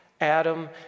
Adam